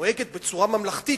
דואגת בצורה ממלכתית,